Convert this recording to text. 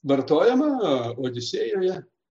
vartojama odisėjoje